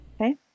Okay